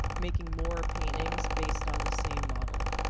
making more paintings based on the same model?